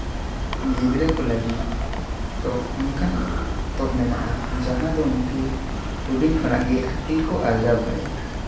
ᱜᱤᱫᱽᱨᱟᱹ ᱠᱚ ᱞᱟᱹᱜᱤᱫ ᱫᱚ ᱚᱱᱠᱟᱱ ᱯᱚᱛᱚᱵ ᱢᱮᱱᱟᱜᱼᱟ ᱡᱟᱦᱟᱸ ᱫᱚ ᱩᱱᱠᱤ ᱦᱩᱰᱤᱧ ᱠᱷᱚᱱᱟᱜ ᱜᱮ ᱟᱹᱠᱤᱞ ᱠᱚ ᱟᱨᱡᱟᱣ ᱫᱟᱲᱮᱭᱟᱜᱼᱟ